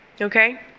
okay